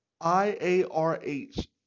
I-A-R-H